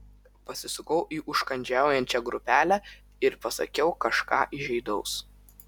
pasisukau į užkandžiaujančią grupelę ir pasakiau kažką įžeidaus